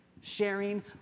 Sharing